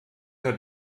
der